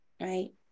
right